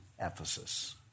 Ephesus